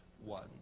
one